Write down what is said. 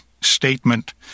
statement